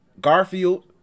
Garfield